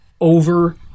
over